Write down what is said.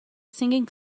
singing